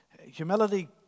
Humility